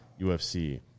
UFC